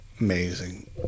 amazing